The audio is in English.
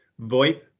VoIP